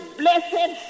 blessed